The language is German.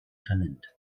talent